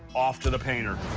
off to the painter.